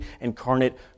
incarnate